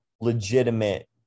legitimate